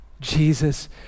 Jesus